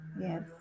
Yes